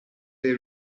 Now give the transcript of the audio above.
they